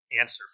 answer